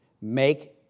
make